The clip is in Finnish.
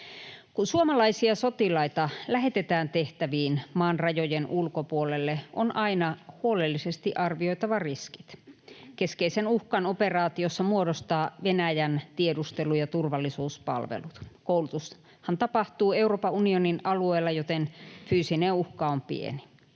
Kun suomalaisia sotilaita lähetetään tehtäviin maan rajojen ulkopuolelle, on aina huolellisesti arvioitava riskit. Keskeisen uhkan operaatiossa muodostavat Venäjän tiedustelu‑ ja turvallisuuspalvelut. Koulutushan tapahtuu Euroopan unionin alueella, joten fyysinen uhka on pieni.